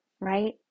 right